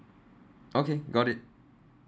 okay got it